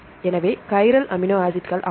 எனவே chiral amino ஆசிட்கள் ஆகும்